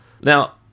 Now